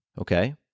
okay